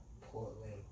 Portland